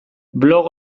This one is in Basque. blog